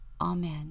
Amen